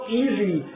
easy